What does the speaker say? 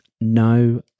No